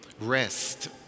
rest